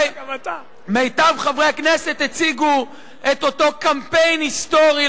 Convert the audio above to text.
מיטב חברי הכנסת הציגו את אותו קמפיין היסטורי,